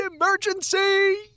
emergency